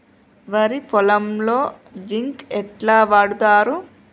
వరి పొలంలో జింక్ ఎట్లా వాడుతరు?